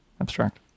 abstract